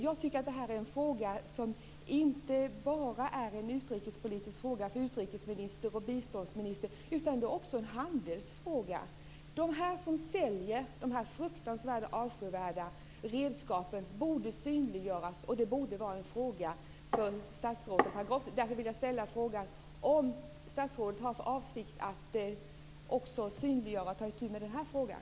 Jag tycker att det här inte bara är en utrikespolitisk fråga för utrikesminister och biståndsminister utan också en handelsfråga. De som säljer dessa fruktansvärda avskyvärda redskap borde synliggöras, och det borde vara en fråga för statsrådet Pagrotsky. Därför vill jag ställa frågan om statsrådet har för avsikt att också synliggöra och ta itu med den här frågan.